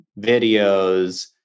videos